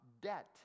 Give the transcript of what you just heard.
debt